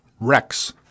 Rex